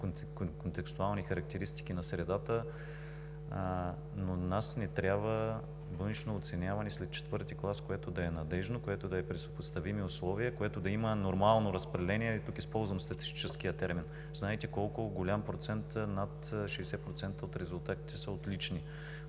контекстуални характеристики на средата, но на нас ни трябва външно оценяване след IV клас, което да е надеждно, което да е пред съпоставими условия, което да има нормално разпределение – тук използвам статистическия термин. Знаете колко е голям процентът – над 60% от резултатите са отлични